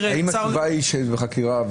האם התשובה היא שזה בחקירה?